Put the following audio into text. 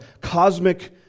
cosmic